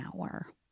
hour